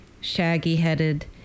shaggy-headed